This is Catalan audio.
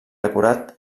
decorat